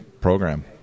program